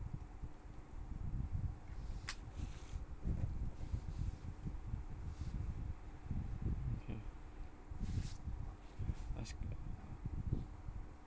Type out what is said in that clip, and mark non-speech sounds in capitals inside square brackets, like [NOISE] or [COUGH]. [NOISE] okay [NOISE] ice cream